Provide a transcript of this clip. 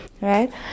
Right